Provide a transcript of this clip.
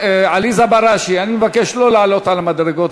עליזה בראשי, אני מבקש שלא לעלות על המדרגות.